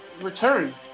return